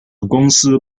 公司